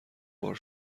بار